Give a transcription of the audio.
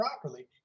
properly